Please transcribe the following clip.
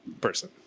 person